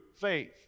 faith